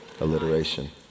Alliteration